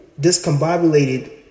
discombobulated